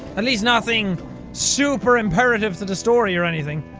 ah least nothing super-imperative to to story or anything.